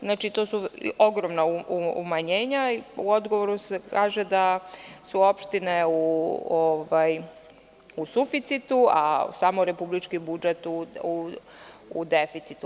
Znači, to su ogromna umanjenja i u odgovoru se kaže da su opštine u suficitu, a samo republički budžet u deficitu.